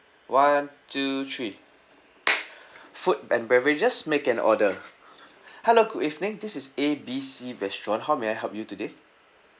one two three food and beverages make an order hello good evening this is A B C restaurant how may I help you today